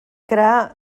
crear